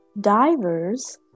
Divers